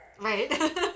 Right